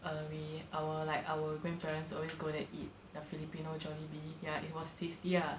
uh we our like our grandparents always go there eat the filipino Jollibee ya it was tasty ah